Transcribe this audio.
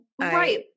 Right